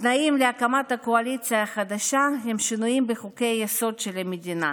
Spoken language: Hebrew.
התנאים להקמת הקואליציה החדשה הם שינויים בחוקי היסוד של המדינה,